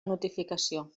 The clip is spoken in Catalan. notificació